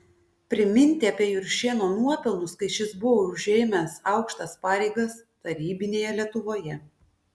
priminti apie juršėno nuopelnus kai šis buvo užėmęs aukštas pareigas tarybinėje lietuvoje